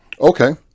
okay